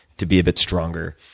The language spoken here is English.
to be a bit stronger.